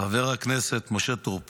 חבר הכנסת משה טור פז,